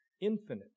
infinite